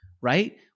right